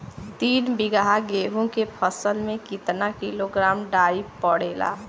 तीन बिघा गेहूँ के फसल मे कितना किलोग्राम डाई पड़ेला?